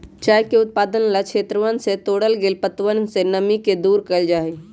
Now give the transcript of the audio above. चाय के उत्पादन ला क्षेत्रवन से तोड़ल गैल पत्तवन से नमी के दूर कइल जाहई